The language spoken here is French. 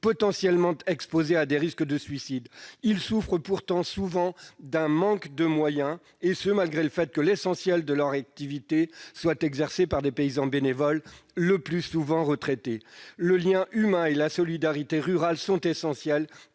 potentiellement exposés à des risques de suicide. Ces acteurs souffrent pourtant trop souvent d'un manque de moyens, et cela bien que l'essentiel de leur activité soit exercé par des paysans bénévoles, le plus souvent retraités. Le lien humain et la solidarité rurale sont essentiels